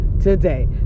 today